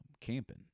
camping